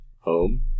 Home